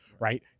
Right